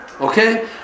okay